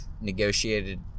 negotiated